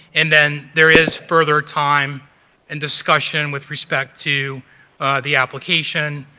and then there is further time and discussion with respect to the application.